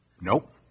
Nope